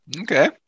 Okay